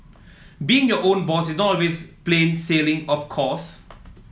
being your own boss is not always plain sailing of course